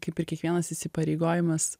kaip ir kiekvienas įsipareigojimas